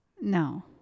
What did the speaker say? No